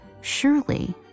Surely